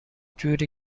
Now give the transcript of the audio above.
جوری